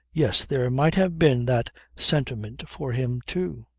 yes there might have been that sentiment for him too.